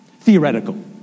theoretical